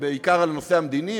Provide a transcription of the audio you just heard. בעיקר על הנושא המדיני,